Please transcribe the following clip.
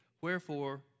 wherefore